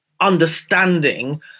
understanding